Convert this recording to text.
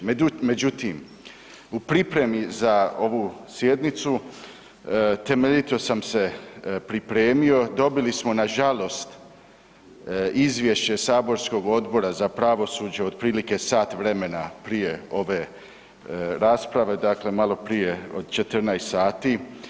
Međutim, u pripremi za ovu sjednicu temeljito sam se pripremio, dobili smo nažalost izvješće Saborskog odbora za pravosuđe otprilike sat vremena prije ove rasprave dakle malo prije od 14 sati.